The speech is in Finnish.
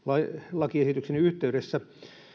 lakiesityksen yhteydessä